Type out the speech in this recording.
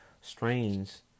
strains